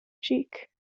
cheek